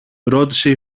ρώτησε